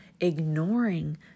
ignoring